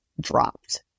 dropped